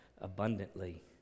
abundantly